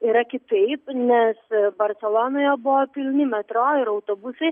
yra kitaip nes barselonoje buvo pilni metro ir autobusai